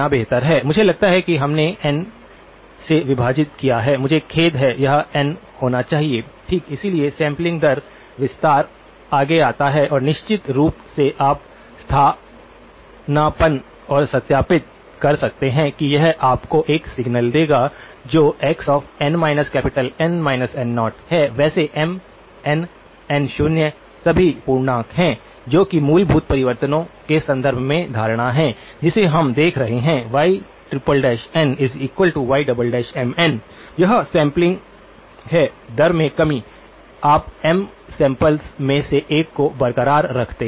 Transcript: मुझे लगता है कि हमने एन से विभाजित किया हैं मुझे खेद है यह एन होना चाहिए ठीक इसलिए सैंपलिंग दर विस्तार आगे आता है और निश्चित रूप से आप स्थानापन्न और सत्यापित कर सकते हैं कि यह आपको एक सिग्नल देगा जो xnN N0 है वैसे M N N शून्य सभी पूर्णांक हैं जो कि मूलभूत परिवर्तनों के संदर्भ में धारणा है जिसे हम देख रहे हैं ynyMn यह सैंपलिंग है दर में कमी आप एम सैम्पल्स में से एक को बरकरार रखते हैं